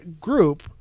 group